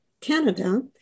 Canada